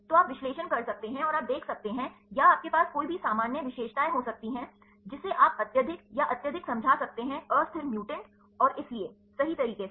तो आप विश्लेषण कर सकते हैं और आप देख सकते हैं या आपके पास कोई भी सामान्य विशेषताएं हो सकती हैं जिसे आप अत्यधिक या अत्यधिक समझा सकते हैं अस्थिर म्यूटेंट और इसलिए सही तरीके से